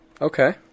Okay